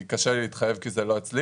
קשה לי להתחייב כי זה לא אצלי.